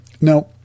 Now